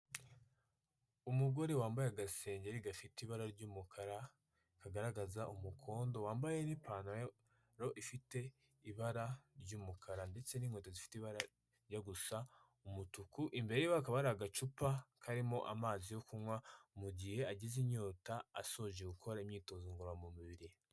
Umugore wambaye agasengengeri gafite ibara ry'umukara, kagaragaza umukondo wambaye n'ipantaroro ifite ibara ry'umukara ndetse n'inkweto ifite ibara rijya gusa umutuku ,imbere hakaba hari agacupa karimo amazi yo kunywa mu gihe agize inyota ashoje gukora imyitozo ngororabiri.